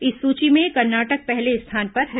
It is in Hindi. इस सूची में कर्नाटक पहले स्थान पर हैं